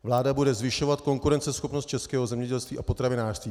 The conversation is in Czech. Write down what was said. Vláda bude zvyšovat konkurenceschopnost českého zemědělství a potravinářství.